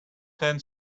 ten